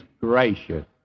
gracious